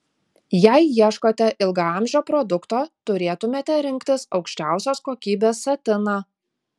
jei ieškote ilgaamžio produkto turėtumėte rinktis aukščiausios kokybės satiną